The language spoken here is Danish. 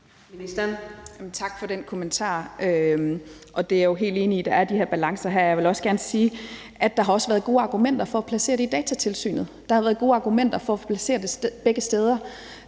Tak for den kommentar. Jeg er jo helt enig i, at der er de her balancer. Jeg vil også gerne sige, at der også har været gode argumenter for at placere det i Datatilsynet. Der har været gode argumenter for at placere det begge steder.